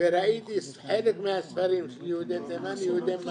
וראיתי חלק מהספרים של יהודי תימן, יהודי מרוקו,